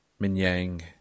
Minyang